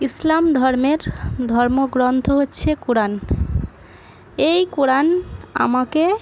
ইসলাম ধর্মের ধর্মগ্রন্থ হচ্ছে কোরান এই কোরান আমাকে